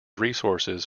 resources